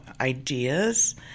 ideas